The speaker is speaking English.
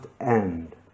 end